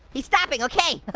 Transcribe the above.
he's stopping, okay.